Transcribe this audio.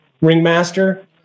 ringmaster